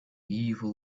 evil